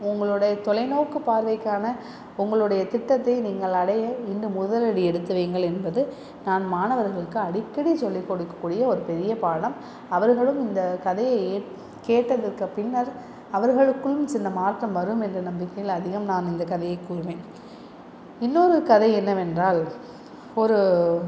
உங்களோடைய தொலைநோக்கு பார்வைக்கான உங்களுடைய திட்டத்தை நீங்கள் அடைய இன்று முதல் அடி எடுத்து வைங்கள் என்பது நான் மாணவர்களுக்கு அடிக்கடி சொல்லி கொடுக்கக்கூடிய ஒரு பெரிய பாடம் அவர்களும் இந்த கதையை ஏ கேட்டதுக்கு பின்னர் அவர்களுக்கும் சின்ன மாற்றம் வரும் என்ற நம்பிக்கையில் அதிகம் நான் இந்த கதையை கூறுவேன் இன்னோரு கதை என்னவென்றால் ஒரு